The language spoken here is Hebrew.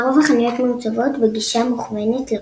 לרוב החנויות מעוצבות בגישה מוכוונת לקוח.